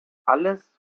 alles